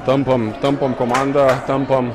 tampam tampam komanda tampam